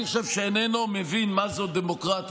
אני חושב שאיננו מבין מה זה דמוקרטיה,